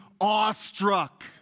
awestruck